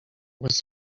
was